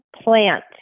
plant